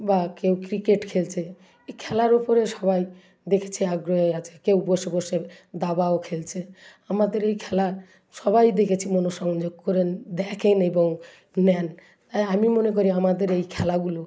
বা কেউ ক্রিকেট খেলছে এই খেলার ওপরে সবাই দেখেছে আগ্রহে আছে কেউ বসে বসে দাবাও খেলছে আমাদের এই খেলার সবাই দেখেছি মনঃসংযোগ করেন দেখেন এবং নেন তাই আমি মনে করি আমাদের এই খেলাগুলো